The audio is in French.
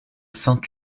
saint